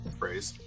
phrase